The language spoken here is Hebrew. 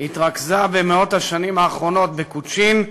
התרכזה במאות השנים האחרונות בקוצ'ין,